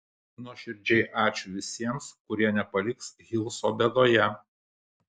nuoširdžiai ačiū visiems kurie nepaliks hilso bėdoje